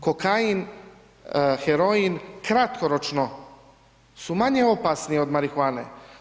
Kokain, heroin, kratkoročno su manje opasni od marihuane.